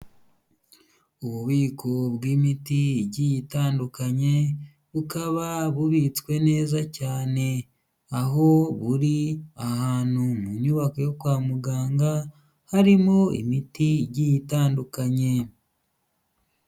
Ububiko bw'imiti igiye itandukanye, bukaba bubitswe neza cyane aho buri ahantu mu nyubako yo kwa muganga harimo imiti igiye itandukanye.